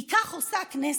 כי כך עושה הכנסת,